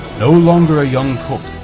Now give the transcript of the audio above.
no longer a young colt,